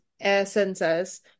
essences